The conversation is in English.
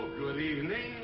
good evening.